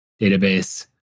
database